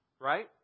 Right